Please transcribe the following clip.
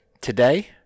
today